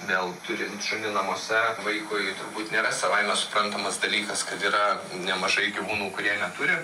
vėl turint šunį namuose vaikui turbūt nėra savaime suprantamas dalykas kad yra nemažai gyvūnų kurie neturi